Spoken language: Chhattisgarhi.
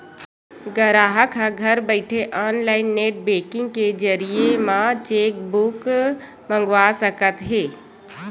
गराहक ह घर बइठे ऑनलाईन नेट बेंकिंग के जरिए म चेकबूक मंगवा सकत हे